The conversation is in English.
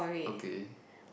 okay